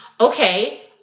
okay